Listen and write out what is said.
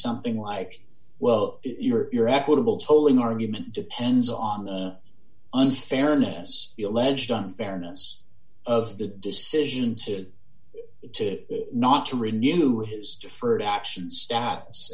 something like well you're equitable tolling d argument depends on the unfairness the alleged unfairness of the decision to to not to renew his deferred action stat